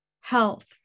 health